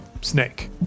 snake